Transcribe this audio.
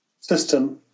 system